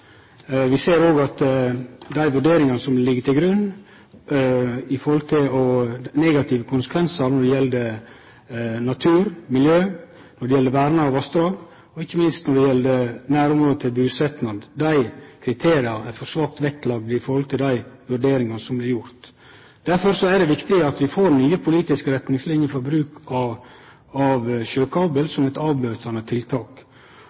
Vi ser òg at dei vurderingane som ligg til grunn med omsyn til negative konsekvensar for natur, miljø, verna vassdrag og ikkje minst når det gjeld nærområde til busetnad, er for svakt vektlagde. Derfor er det viktig at vi får nye politiske retningslinjer for bruk av sjøkabel som eit avverjande tiltak.